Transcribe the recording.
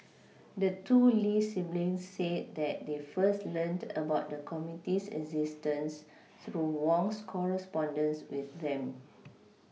the two Lee siblings said that they first learned about the committee's existence through Wong's correspondence with them